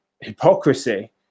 hypocrisy